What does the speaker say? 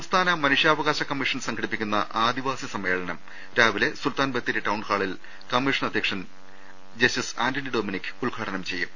സംസ്ഥാന മനുഷ്യാവകാശ കമ്മീഷൻ സംഘടിപ്പിക്കുന്ന ആദിവാസി സമ്മേളനം രാവിലെ സുൽത്താൻ ബത്തേരി ടൌൺഹാളിൽ കമ്മീഷൻ അധ്യക്ഷൻ ജസ്റ്റിസ് ആന്റണി ഡൊമിനിക് ഉദ്ഘാടനം ചെയ്യും